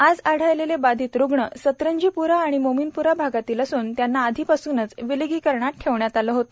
आज आढळलेले बाधित रुग्ण सतरंजीपूरा आणि मोमीनपूरा भागातील असून त्यांना आधीपासून विलगीकरणात ठेवण्यात आले होते